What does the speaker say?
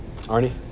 Arnie